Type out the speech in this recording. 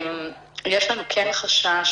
יש לנו כן חשש